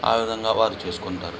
ఆ విధంగా వారు చేసుకుంటారు